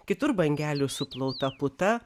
kitur bangelių suplauta puta